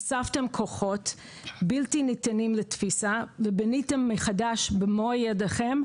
אספתם כוחות בלתי ניתנים לתפיסה ובניתם מחדש במו ידיכם,